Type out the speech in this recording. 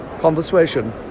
Conversation